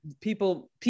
people